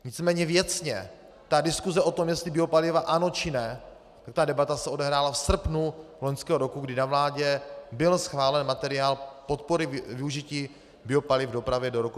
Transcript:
Nicméně věcně diskuse o tom, jestli biopaliva ano, či ne, tato debata se odehrála v srpnu loňského roku, kdy na vládě byl schválen materiál podpory využití biopaliv v dopravě do roku 2020.